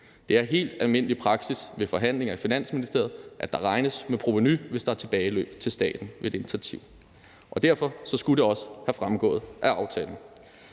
Det er helt almindelig praksis ved forhandlinger i Finansministeriet, at der regnes med provenu, hvis der er tilbageløb til staten ved et initiativ. Og derfor skulle det også have fremgået af aftalen.